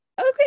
okay